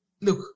look